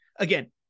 Again